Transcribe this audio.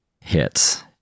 hits